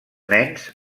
nens